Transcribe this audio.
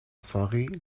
soirée